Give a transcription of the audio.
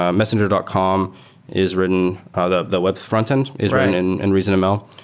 ah messenger dot com is written ah the the web frontend is written in and reasonml,